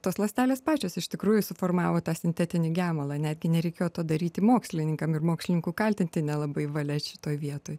tos ląstelės pačios iš tikrųjų suformavo tą sintetinį gemalą netgi nereikėjo to daryti mokslininkam ir mokslininkų kaltinti nelabai valia šitoj vietoj